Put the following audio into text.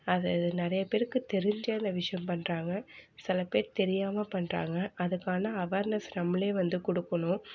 அது நிறையா பேருக்கு தெரிஞ்சு அந்த விஷயம் பண்ணுறாங்க சில பேர் தெரியாமல் பண்ணுறாங்க அதுக்கான அவேர்னஸ் நம்மளே வந்து கொடுக்கணும்